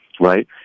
right